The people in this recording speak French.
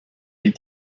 des